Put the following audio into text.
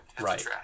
right